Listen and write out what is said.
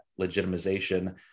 legitimization